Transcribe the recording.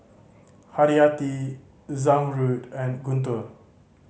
Haryati Zamrud and Guntur